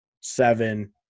seven